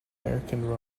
american